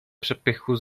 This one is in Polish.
przepychu